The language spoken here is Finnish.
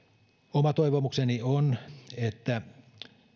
oma toivomukseni on että